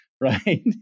right